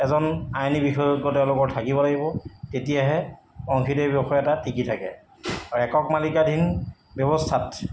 এজন আইনী বিশেষজ্ঞ তেওঁলোকৰ থাকিব লাগিব তেতিয়াহে অংশীদাৰি ব্যৱসায় এটা টিকি থাকে আৰু একক মালিকাধীন ব্যৱস্থাত